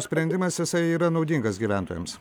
sprendimas esą yra naudingas gyventojams